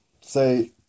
say